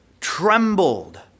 trembled